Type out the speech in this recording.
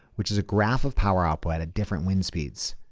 which is a graph of power-operated at different wind speeds.